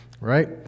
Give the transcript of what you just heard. right